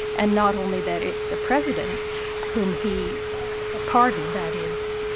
and not only that it's a president whom he ah pardoned, that is,